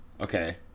okay